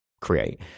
create